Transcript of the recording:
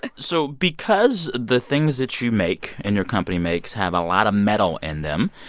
so because the things that you make, and your company makes, have a lot of metal in them,